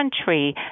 country